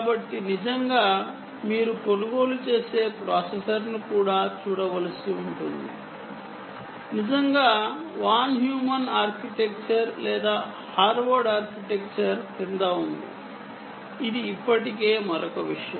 కాబట్టి నిజంగా మీరు కొనుగోలు చేసే ప్రాసెసర్ను నిజంగా వాన్ న్యూమన్ ఆర్కిటెక్చర్ లేదా హార్వర్డ్ ఆర్కిటెక్చర్ క్రింద ఉందా అని చూడవలసి ఉంటుంది ఇది ఇప్పటికే మరొక విషయం